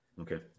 Okay